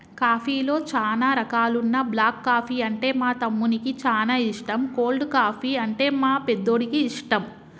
కాఫీలో చానా రకాలున్న బ్లాక్ కాఫీ అంటే మా తమ్మునికి చానా ఇష్టం, కోల్డ్ కాఫీ, అంటే మా పెద్దోడికి ఇష్టం